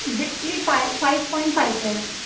display five five point five ہے